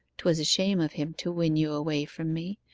twas a shame of him to win you away from me,